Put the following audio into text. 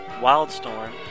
Wildstorm